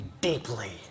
deeply